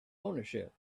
ownership